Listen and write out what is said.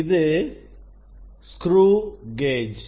இது screw gauge